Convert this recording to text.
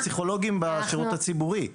מהפסיכולוגים בשירות הציבורי.